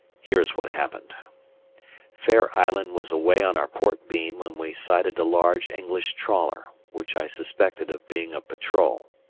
here is what happened fair island was away on our port beam when we sighted a large english trawler, which i suspected of being a patrol.